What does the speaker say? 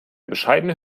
bescheidene